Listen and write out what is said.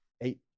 eight